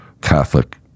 catholic